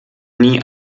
nie